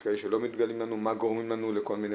יש כאלה שלא מתגלים לנו, מה גורמים לנו לכל מיני